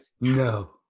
No